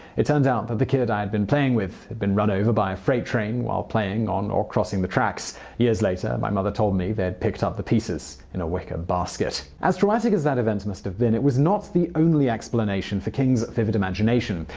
it turned out that the kid i had been playing with had been run over by a freight train while playing on or crossing the tracks years later, my mother told me they had picked up the pieces in a wicker basket. as traumatic as that event must have been, it was not the only explanation for king's vivid imagination.